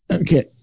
Okay